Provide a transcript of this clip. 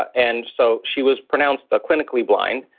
and so she was pronounced clinically blind.